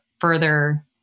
further